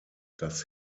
das